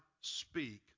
speak